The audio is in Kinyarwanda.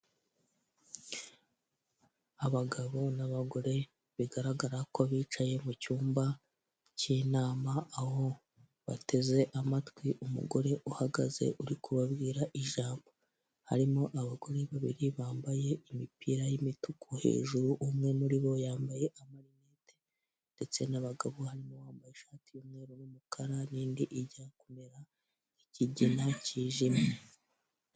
Abagabo n'abagore bigaragara ko bicaye mu cyumba cy'inama aho bateze umatwi umugore uhagaze uri kubabwira ijambo, harimo abagore babiri bambaye imipira y'imituku hejuru, umwe muri bo yambaye amarinete ndetse n'abagabo harimo uwambaye ishati y'umweru n'umukara n'indi ijya kumera nk'ikigina cyijimye.